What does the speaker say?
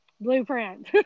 blueprint